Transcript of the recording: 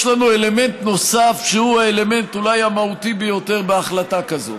יש לנו אלמנט נוסף שהוא אולי האלמנט המהותי ביותר בהחלטה כזאת,